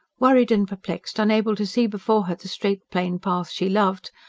worried and perplexed, unable to see before her the straight plain path she loved,